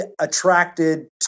attracted